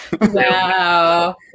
Wow